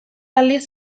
aldiz